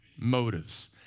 motives